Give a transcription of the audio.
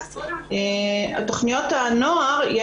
תכניות נוער,